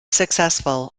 successful